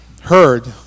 heard